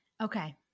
Okay